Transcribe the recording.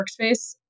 workspace